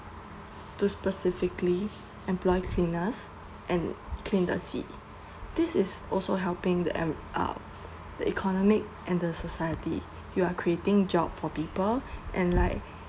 to specifically employ cleaners and clean the sea this is also helping the uh the economy and the society you are creating job for people and like